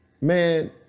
Man